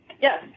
Yes